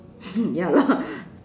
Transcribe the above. ya lor